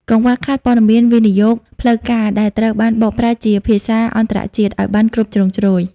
កង្វះខាតព័ត៌មានវិនិយោគផ្លូវការដែលត្រូវបានបកប្រែជាភាសាអន្តរជាតិ ឱ្យបានគ្រប់ជ្រុងជ្រោយ។